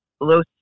Los